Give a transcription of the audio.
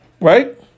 Right